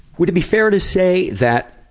would it be fair to say that